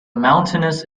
mountainous